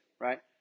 right